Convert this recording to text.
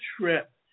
trip